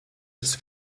des